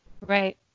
Right